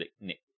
Nick